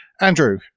Andrew